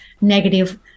negative